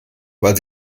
weil